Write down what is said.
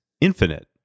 infinite